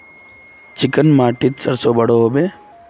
Chicken माटित सरसों बढ़ो होबे?